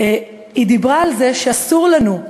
היא דיברה על זה שאסור לנו,